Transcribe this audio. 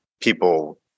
people